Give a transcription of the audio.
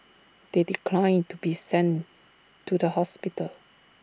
they declined to be sent to the hospital